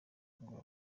ngo